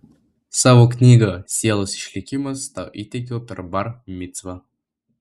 savo knygą sielos išlikimas tau įteikiau per bar micvą